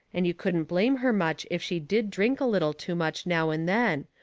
and you couldn't blame her much if she did drink a little too much now and then,